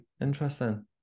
interesting